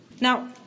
Now